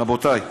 רבותיי,